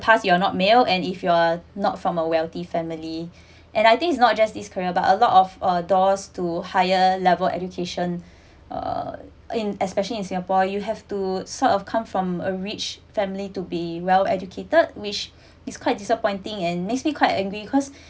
past if you're not male and if you're not from a wealthy family and I think is not just this career but a lot of uh doors to higher level education uh in especially in singapore you have to sort of come from a rich family to be well educated which is quite disappointing and makes me quite angry because